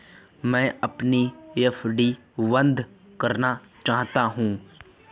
मैं अपनी एफ.डी बंद करना चाहती हूँ